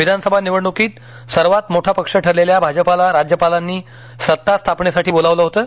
विधानसभा निवडणुकीत सर्वात मोठा पक्ष ठरलेल्या भाजपाला राज्यपालांना सत्ता स्थापनेसाठी बोलावलं होतं